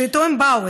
שאיתו הם באו,